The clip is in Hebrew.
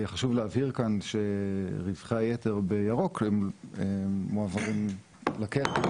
חשוב להבהיר כאן שרווחי היתר בירוק מועברים לקרן,